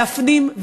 להפנים,